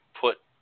put